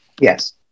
Yes